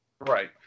Right